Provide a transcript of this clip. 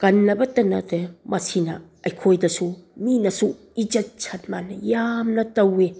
ꯀꯟꯅꯕꯇ ꯅꯠꯇꯦ ꯃꯁꯤꯅ ꯑꯩꯈꯣꯏꯗꯁꯨ ꯃꯤꯅꯁꯨ ꯏꯖꯠ ꯁꯟꯃꯥꯟ ꯌꯥꯝꯅ ꯇꯧꯏ